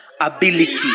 ability